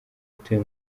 utuye